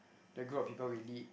the group of people we lead